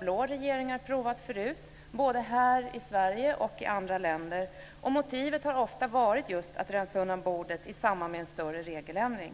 blå och röda regeringar prövat förut, både här i Sverige och i andra länder. Motivet har ofta varit just att rensa bordet i samband med en större regeländring.